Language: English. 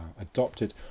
adopted